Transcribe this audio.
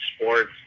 sports